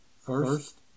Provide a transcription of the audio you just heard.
First